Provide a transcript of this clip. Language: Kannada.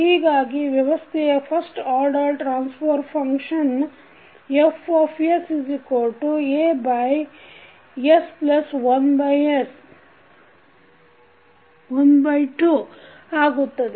ಹೀಗಾಗಿ ವ್ಯವಸ್ಥೆಯ first order transfer function FsAs1 ಆಗುತ್ತದೆ